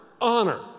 honor